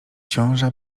ciąża